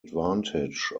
advantage